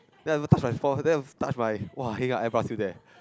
then I also touch my fore then I touch my !wah! heng ah eyebrow still there